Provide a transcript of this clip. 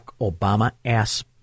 Obama-ass